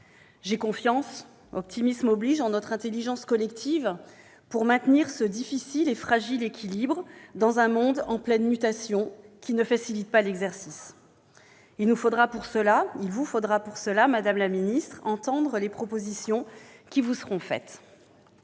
J'ai confiance- optimisme oblige -en notre intelligence collective pour maintenir ce difficile et fragile équilibre, dans un monde en pleine mutation qui ne facilite pas l'exercice. Pour y parvenir, madame la ministre, il vous faudra entendre les propositions qui vous seront faites.